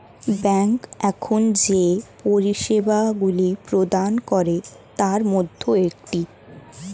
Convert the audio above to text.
bank এখন যে পরিষেবাগুলি প্রদান করে তার মধ্যে একটি